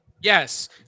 yes